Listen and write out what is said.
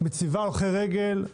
מציבה הולכי רגל,